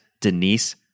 Denise